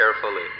carefully